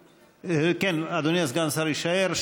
אדוני סגן השר יישאר.